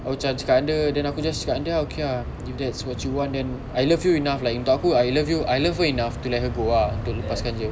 aku cam cakap dengan dia then aku just cakap dengan dia okay ah if that's what you want then I love you enough ah untuk aku I love you I love her enough to let her go ah untuk lepas kan dia